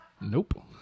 Nope